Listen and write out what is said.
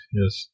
yes